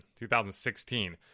2016